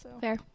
Fair